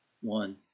one